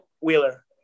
Wheeler